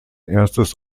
erstes